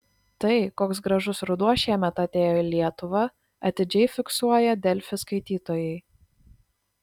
tai koks gražus ruduo šiemet atėjo į lietuvą atidžiai fiksuoja delfi skaitytojai